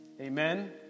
Amen